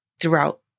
throughout